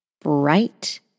bright